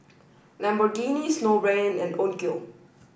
Lamborghini Snowbrand and Onkyo